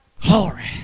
Glory